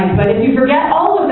but if you forget all